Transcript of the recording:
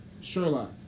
Sherlock